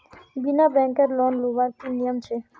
बिना बैंकेर लोन लुबार की नियम छे?